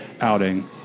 outing